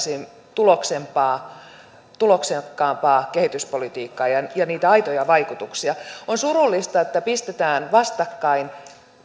tuloksekkaampaa tuloksekkaampaa kehityspolitiikkaa ja ja niitä aitoja vaikutuksia on surullista että pistetään vastakkain